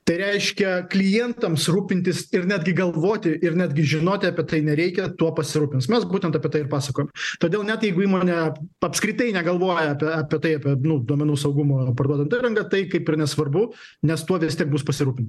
tai reiškia klientams rūpintis ir netgi galvoti ir netgi žinoti apie tai nereikia tuo pasirūpins mes būtent apie tai pasakojam todėl net jeigu įmonė apskritai negalvoja apie apie tai nu duomenų saugumą parduodant įrangą tai kaip ir nesvarbu nes tuo vis tiek bus pasirūpinta